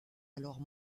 alors